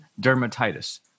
dermatitis